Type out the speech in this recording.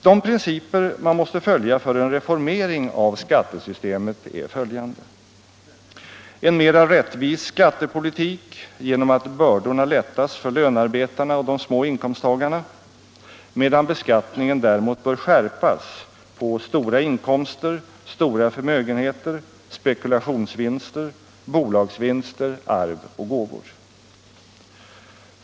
De principer man måste följa för en reformering av skattesystemet är följande: En mera rättvis skattepolitik genom att bördorna lättas för lönarbetarna och de små inkomsttagarna, medan beskattningen däremot bör skärpas på stora inkomster, stora förmögenheter, spekulationsvinster, bolagsvinster, arv och gåvor.